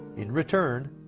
in return,